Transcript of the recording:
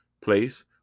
place